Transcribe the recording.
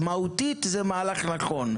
מהותית זה מהלך נכון.